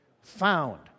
found